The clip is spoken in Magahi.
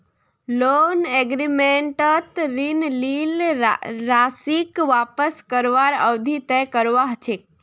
लोन एग्रीमेंटत ऋण लील राशीक वापस करवार अवधि तय करवा ह छेक